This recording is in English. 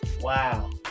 Wow